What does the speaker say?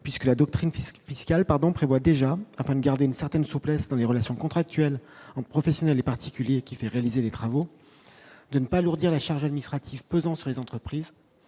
puisque la doctrine puisque fiscal pardon prévoit déjà afin de garder une certaine souplesse dans les relations contractuelles en professionnels et particuliers qui fait réaliser des travaux de ne pas alourdir les charges administratives pesant sur les entreprises,